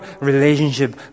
relationship